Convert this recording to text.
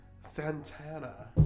Santana